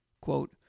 Quote